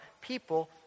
people